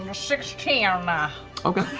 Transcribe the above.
ah sixteen. matt okay.